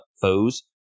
foes